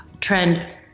trend